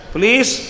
Please